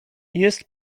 jest